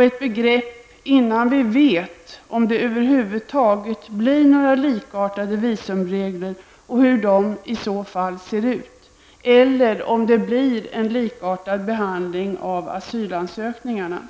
ett begrepp som används innan vi vet om det över huvud taget blir några likartade visumregler och hur de i så fall skall se ut eller om det blir en likartad behandling av asylansökningarna.